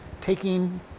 taking